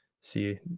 see